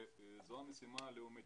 זו המשימה הלאומית.